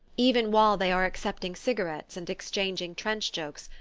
even while they are accepting cigarettes and exchanging trench-jokes,